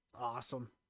Awesome